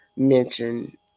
mention